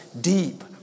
deep